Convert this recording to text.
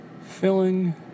filling